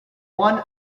one